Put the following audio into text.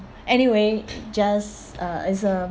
anyway just uh it's a